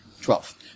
Twelve